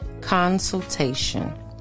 consultation